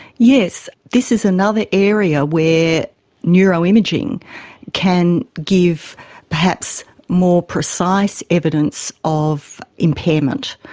yes, this is another area where neuroimaging can give perhaps more precise evidence of impairment.